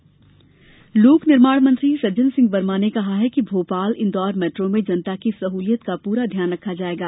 metro लोक निर्माण मंत्री सज्जन सिंह वर्मा ने कहा है कि भोपाल इंदौर मेट्रो में जनता की सह्लियत का प्रा ध्यान रखा जायेगा